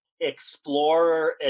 explorer